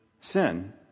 sin